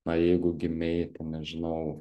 na jeigu gimei nežinau